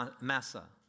Massa